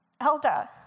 Elda